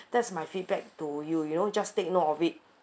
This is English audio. that's my feedback to you you know just take note of it